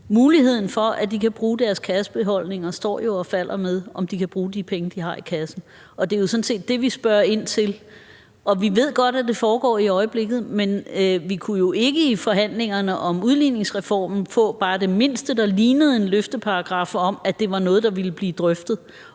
Muligheden for, at de kan bruge deres kassebeholdninger, står og falder jo med, om de kan bruge de penge, de har i kassen, og det er sådan set det, vi spørger ind til. Og vi ved godt, at det foregår i øjeblikket, men vi kunne jo ikke i forhandlingerne om udligningsreformen få bare det mindste, der lignede en løfteparagraf om, at det var noget, der ville blive drøftet,